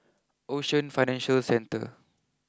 Ocean Financial Centre